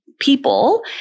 people